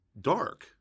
dark